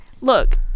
look